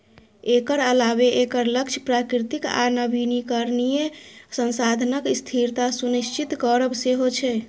एकर अलावे एकर लक्ष्य प्राकृतिक आ नवीकरणीय संसाधनक स्थिरता सुनिश्चित करब सेहो छै